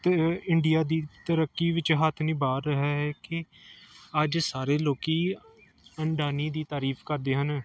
ਅਤੇ ਇੰਡੀਆ ਦੀ ਤਰੱਕੀ ਵਿੱਚ ਹੱਥ ਨਿਭਾਅ ਰਿਹਾ ਹੈ ਕਿ ਅੱਜ ਸਾਰੇ ਲੋਕ ਅਡਾਨੀ ਦੀ ਤਾਰੀਫ ਕਰਦੇ ਹਨ